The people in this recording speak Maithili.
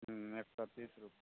ह्म्म एक सए तीस रुपैआ